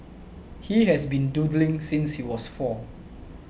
he has been doodling since he was four